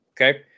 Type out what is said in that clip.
Okay